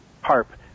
harp